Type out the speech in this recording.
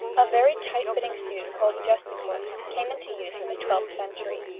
a very tight-fitting suit called justacorps came into use from the twelfth century,